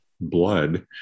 blood